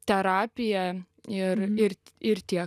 terapija ir ir ir tiek